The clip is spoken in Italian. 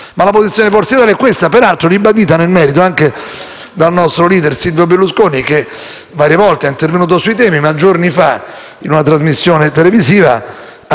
La posizione di Forza Italia è questa, peraltro ribadita nel merito anche dal nostro *leader*, Silvio Berlusconi, che varie volte è intervenuto su questi temi. Giorni fa, in una trasmissione televisiva, ha